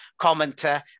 commenter